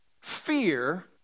Fear